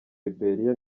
liberia